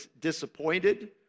disappointed